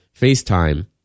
FaceTime